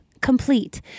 Complete